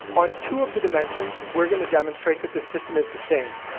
on two of the dimensions we're going to demonstrate that the system is the same.